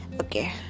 Okay